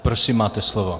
Prosím, máte slovo.